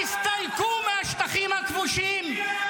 תסתלקו מהשטחים הכבושים -- מי היה בעזה ב-7 באוקטובר?